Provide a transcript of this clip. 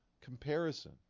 comparison